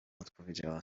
odpowiedziała